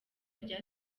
rya